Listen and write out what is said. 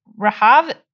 Rahav